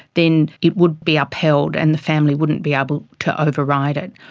then it would be upheld and the family wouldn't be able to override it.